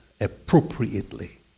appropriately